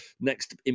next